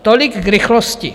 Tolik k rychlosti.